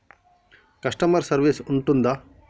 Customer service ఉంటుందా?